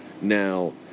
Now